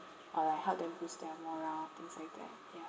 or like help them boost their morale things like that ya